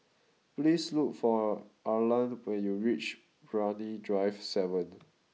please look for Arlan when you reach Brani Drive Seven